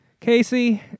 Casey